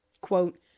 Quote